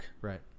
Right